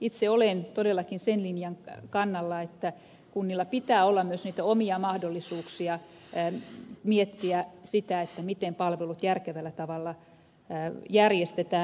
itse olen todellakin sen linjan kannalla että kunnilla pitää olla myös niitä omia mahdollisuuksia miettiä sitä miten palvelut järkevällä tavalla järjestetään